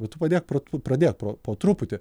bet tu padėk pro tu pradėk pro po truputį